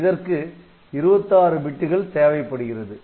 இதற்கு 26 பிட்டுகள் தேவைப்படுகிறது